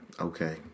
Okay